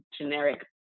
generic